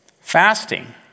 Fasting